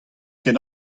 ket